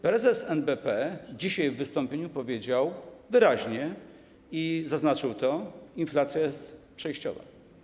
Prezes NBP dzisiaj w wystąpieniu powiedział wyraźnie i zaznaczył, że inflacja jest przejściowa.